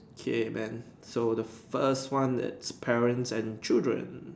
ya man so the first one that's parents and children